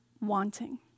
wanting